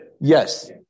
Yes